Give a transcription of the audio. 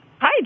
Hi